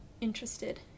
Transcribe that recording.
interested